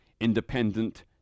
independent